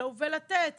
ולא צריך לפרט.